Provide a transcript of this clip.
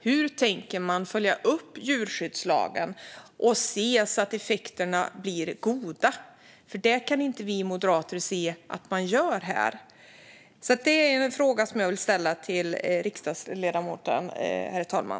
Hur tänker man följa upp djurskyddslagen och se över att effekterna blir goda? Det kan inte vi moderater se att man gör här. Detta, herr talman, är en fråga jag vill ställa till riksdagsledamoten.